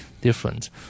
different